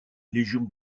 légion